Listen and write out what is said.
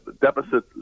deficit